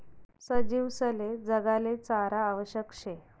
सजीवसले जगाले चारा आवश्यक शे